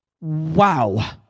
wow